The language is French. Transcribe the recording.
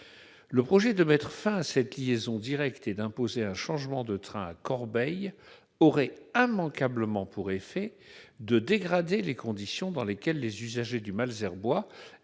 Le projet de mettre fin à cette liaison directe et d'imposer un changement de train à Corbeil aurait immanquablement pour effet de dégrader les conditions dans lesquelles les usagers du Malesherbois